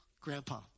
grandpa